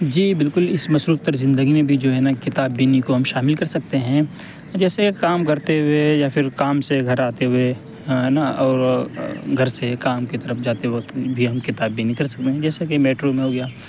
جی بالکل اس مصروف تر زندگی میں بھی جو ہے نا کتاب بینی کو ہم شامل کر سکتے ہیں جیسے کام کرتے ہوئے یا پھر کام سے گھر آتے ہوئے ہے نا اور گھر سے کام کی طرف جاتے وقت بھی ہم کتاب بینی کر سکتے ہیں جیسے کہ میٹرو میں ہو گیا